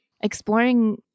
exploring